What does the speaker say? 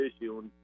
issue